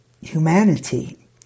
humanity